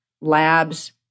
labs